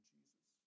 Jesus